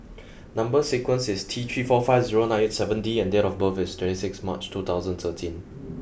number sequence is T three four five zero nine eight seven D and date of birth is twenty six March two thousand thirteen